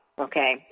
okay